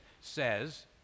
says